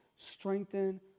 strengthen